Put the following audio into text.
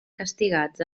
castigats